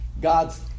God's